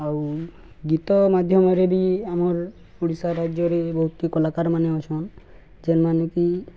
ଆଉ ଗୀତ ମାଧ୍ୟମରେ ବି ଆମର୍ ଓଡ଼ିଶା ରାଜ୍ୟରେ ବହୁତକେ କଳାକାରମାନେ ଅଛନ୍ ଯେନ୍ ମାନେକି